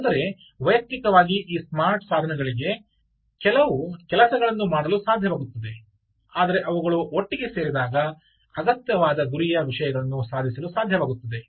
ಅಂದರೆ ವೈಯಕ್ತಿಕವಾಗಿ ಈ ಸ್ಮಾರ್ಟ್ ಸಾಧನಗಳಿಗೆ ಕೆಲವು ಕೆಲಸಗಳನ್ನು ಮಾಡಲು ಸಾಧ್ಯವಾಗುತ್ತದೆ ಆದರೆ ಅವುಗಳು ಒಟ್ಟಿಗೆ ಸೇರಿದಾಗ ಅಗತ್ಯವಾದ ಗುರಿಯ ವಿಷಯಗಳನ್ನು ಸಾಧಿಸಲು ಸಾಧ್ಯವಾಗುತ್ತದೆ